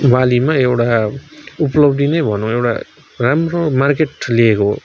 बालीमा एउडा उपलब्धि नै भनौँ एउटा राम्रो मार्केट लिएको